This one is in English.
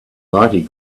mighty